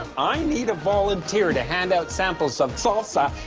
i need a volunteer to hand out samples of salsa.